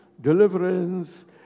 deliverance